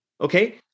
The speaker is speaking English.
Okay